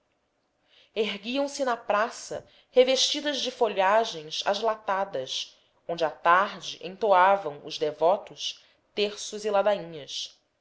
autoridade única erguiam-se na praça revestidas de folhagens as latadas onde à tarde entoavam os devotos terços e ladainhas